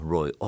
Roy